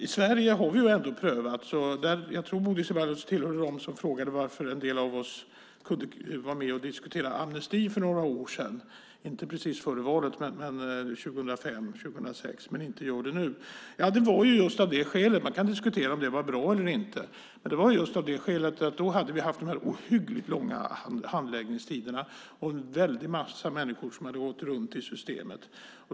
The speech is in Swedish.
I Sverige har ärendena ändå prövats. Bodil Ceballos tillhör dem som har frågat varför en del av oss var med och diskuterade amnesti för några år sedan - inte precis före valet, men under 2005-2006 - men inte gör det nu. Man kan diskutera om det var bra eller inte, men då hade vi ohyggligt långa handläggningstider och en väldig massa människor gick runt i systemet.